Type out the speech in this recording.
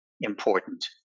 important